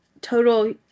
total